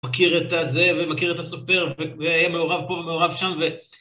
מכיר את הזה, ומכיר את הסופר, והיה מעורב פה ומעורב שם, ו...